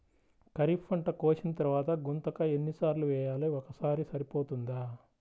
ఖరీఫ్ పంట కోసిన తరువాత గుంతక ఎన్ని సార్లు వేయాలి? ఒక్కసారి సరిపోతుందా?